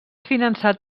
finançat